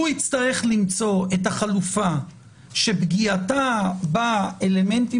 הוא יצטרך למצוא את החלופה שפגיעתה באלמנטים